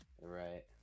right